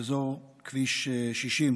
באזור כביש 60,